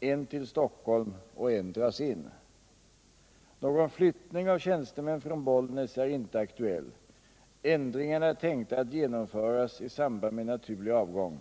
en till Stockholm, medan en skulle dras in. Någon flyttning av tjänstemän från Bollnäs är inte aktuell. Ändringarna är tänkta att genomföras i samband med naturlig avgång.